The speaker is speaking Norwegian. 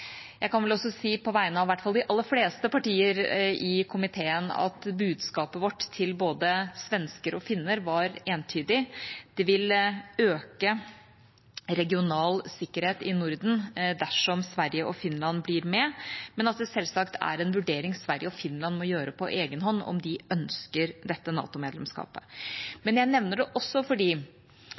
Jeg kan vel også si på vegne av i hvert fall de aller fleste partier i komiteen at budskapet vårt til både svensker og finner var entydig: Det vil øke regional sikkerhet i Norden dersom Sverige og Finland blir med, men om de ønsker dette NATO-medlemskapet, er selvsagt en vurdering Sverige og Finland må gjøre på egenhånd. Jeg nevner det også fordi